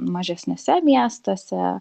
mažesniuose miestuose